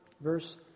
verse